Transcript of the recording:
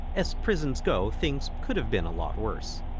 as prisons go, things could have been a lot worse.